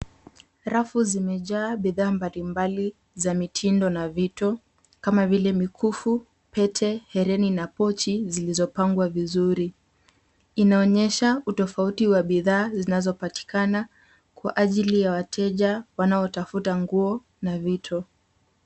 Rafu zimejaa bidhaa mbali mbali za mitindo na vitu kama vile mikufu, pete, hereni na pochi zilizopangwa vizuri. Inaonyesha utofauti wa bidhaa zinazopatikana kwa ajili ya wateja wanaotafuta nguo na vitu.